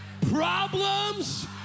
problems